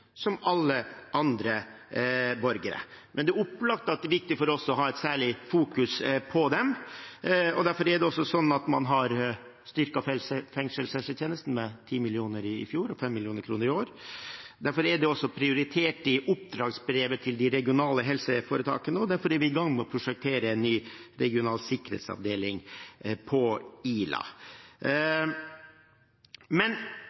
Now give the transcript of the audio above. som alle andre borgere. Men det er opplagt at det er viktig for oss å fokusere særlig på dem, og derfor har man også styrket fengselshelsetjenesten med 10 mill. kr i fjor og 5 mill. kr i år. Derfor er det også prioritert i oppdragsbrevet til de regionale helseforetakene, og derfor er vi i gang med å prosjektere en ny regional sikkerhetsavdeling på Ila. Men